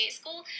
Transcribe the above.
school